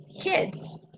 kids